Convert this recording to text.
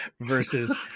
Versus